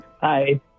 Hi